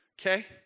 okay